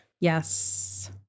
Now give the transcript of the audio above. Yes